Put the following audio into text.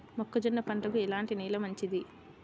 మొక్క జొన్న పంటకు ఎలాంటి నేల మంచిది?